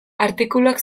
artikuluak